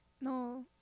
no